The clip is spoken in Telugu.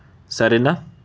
సరేనా